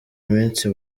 iminsi